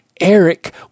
Eric